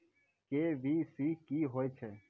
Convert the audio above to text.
KYC की होय छै?